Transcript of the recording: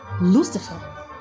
Lucifer